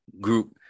group